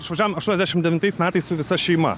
išvažiavom aštuoniasdešim devintais metais su visa šeima